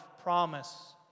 promise